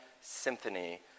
symphony